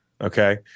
Okay